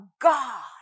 God